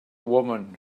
woman